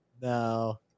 No